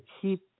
keep